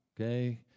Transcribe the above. okay